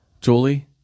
Julie